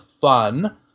fun